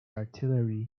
artillery